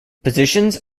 positions